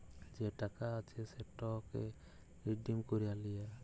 যে টাকা আছে সেটকে রিডিম ক্যইরে লিয়া